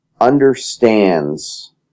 understands